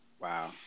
Wow